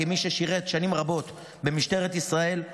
כמי ששירת שנים רבות במשטרת ישראל,